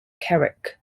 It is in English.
carrick